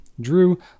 Drew